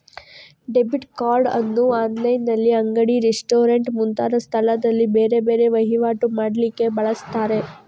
debit card ಅನ್ನು ಆನ್ಲೈನಿನಲ್ಲಿ, ಅಂಗಡಿ, ರೆಸ್ಟೋರೆಂಟ್ ಮುಂತಾದ ಸ್ಥಳದಲ್ಲಿ ಬೇರೆ ಬೇರೆ ವೈವಾಟು ಮಾಡ್ಲಿಕ್ಕೆ ಬಳಸ್ತಾರೆ